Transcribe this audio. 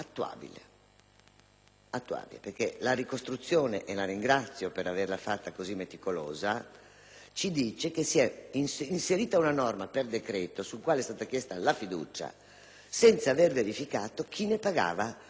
La ricostruzione - la ringrazio per averla fatta così meticolosa - ci dice che si è inserita una norma per decreto sulla quale è stata chiesta la fiducia senza aver verificato chi ne pagava i costi.